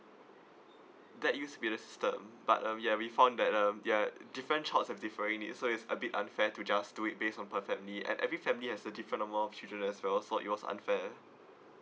that used to be the system but um ya we found that um ya different child has differing needs so it's a bit unfair to just do it based on per family and every family has a different amount of children as well so it was unfair